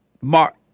Mark